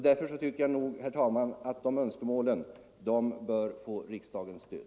Därför tycker jag, herr talman, att de önskemålen bör få riksdagens stöd.